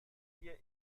dir